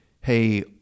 Hey